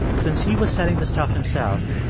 since he was selling the stuff himself,